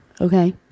Okay